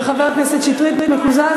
ההצעה התקבלה